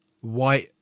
white